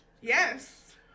Yes